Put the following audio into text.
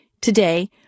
Today